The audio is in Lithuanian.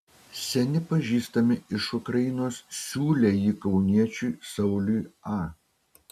seni pažįstami iš ukrainos siūlė jį kauniečiui sauliui a